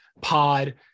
pod